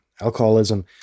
alcoholism